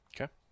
Okay